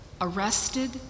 arrested